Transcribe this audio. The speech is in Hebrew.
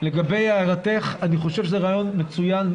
לגבי הערתך, אני חושב שזה רעיון מצוין.